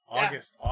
august